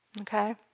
Okay